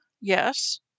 Yes